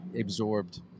absorbed